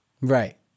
Right